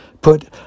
Put